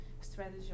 strategy